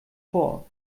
vor